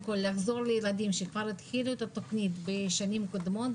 כל לילדים שכבר התחילו את התוכנית בשנים קודמות,